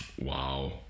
Wow